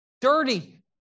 dirty